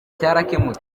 cyarakemutse